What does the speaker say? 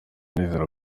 nizera